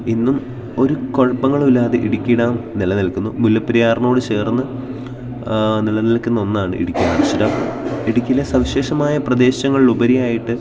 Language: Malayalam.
ഇന്നും ഒരു കുഴപ്പങ്ങളുമില്ലാതെ ഇടുക്കി ഡാം നിലനിൽക്കുന്നു മുല്ലപ്പരിയാറിനോട് ചേർന്ന് നിലനിൽക്കുന്ന ഒന്നാണ് ഇടുക്കി ആര്ച്ച് ഡാം ഇടുക്കയിലെ സവിശേഷമായ പ്രദേശങ്ങളിലുപരിയായിട്ട്